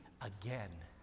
again